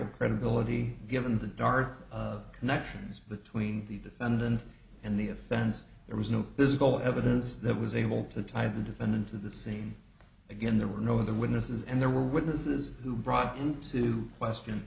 of credibility given the dark of connections between the defendant and the offense there was no physical evidence that was able to tie the defendant to the same again there were no other witnesses and there were witnesses who brought into question